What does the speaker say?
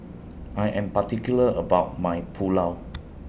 I Am particular about My Pulao